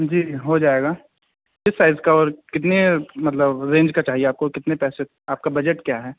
جی ہو جائے گا کس سائز کا اور کتنے مطلب رینج کا چاہیے آپ کو کتنے پیسے آپ کا بجٹ کیا ہے